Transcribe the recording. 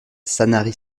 sanary